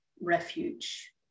refuge